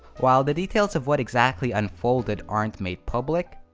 while the details of what exactly unfolded aren't made public,